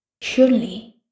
Surely